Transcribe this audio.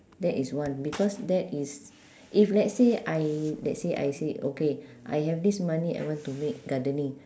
that is one because that is if let's say I let's say I say okay I have this money I want to make gardening